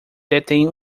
detém